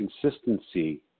consistency